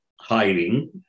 hiding